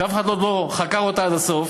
שאף אחד עוד לא חקר אותה עד הסוף,